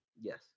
Yes